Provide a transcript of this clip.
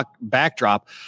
backdrop